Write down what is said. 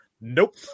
Nope